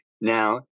now